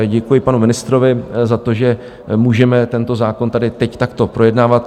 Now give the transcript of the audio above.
Děkuji panu ministrovi za to, že můžeme tento zákon tady teď takto projednávat.